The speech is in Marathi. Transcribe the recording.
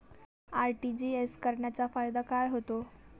आर.टी.जी.एस करण्याचा फायदा काय होतो?